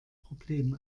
problem